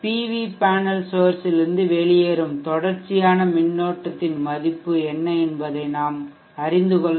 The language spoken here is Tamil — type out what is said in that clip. வி பேனல் சோர்சிலிருந்து வெளியேறும் தொடர்ச்சியான மின்னோட்டத்தின் மதிப்பு என்ன என்பதை நாம் அறிந்து கொள்ள வேண்டும்